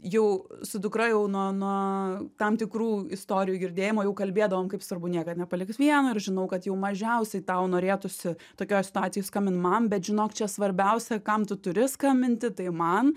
jau su dukra jau nuo nuo tam tikrų istorijų girdėjimo jau kalbėdavom kaip svarbu niekad nepalikt vieno ir žinau kad jau mažiausiai tau norėtųsi tokioj situacijoj skambint man bet žinok čia svarbiausia kam tu turi skambinti tai man